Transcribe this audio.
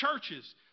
churches